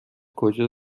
کجا